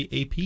AP